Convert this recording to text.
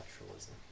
naturalism